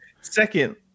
Second